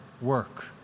work